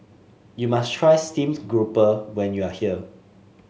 you must try Steamed Grouper when you are here